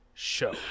show